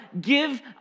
give